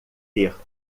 ter